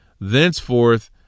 Thenceforth